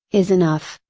is enough.